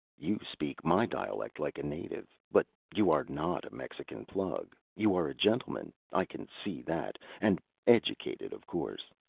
you speak my dialect like a native, but you are not a mexican plug, you are a gentleman, i can see that and educated, of course.